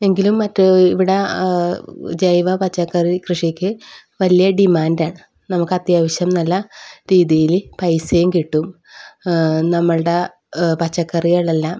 എങ്കിലും മറ്റ് ഇവിടെ ജൈവ പച്ചക്കറി കൃഷിക്ക് വലിയ ഡിമാൻഡാണ് നമുക്ക് അത്യാവശ്യം നല്ല രീതിയിൽ പൈസയും കിട്ടും നമ്മളുടെ പച്ചക്കറികളെല്ലാം